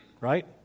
right